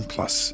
Plus